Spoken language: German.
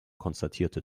konstatierte